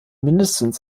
mindestens